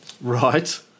Right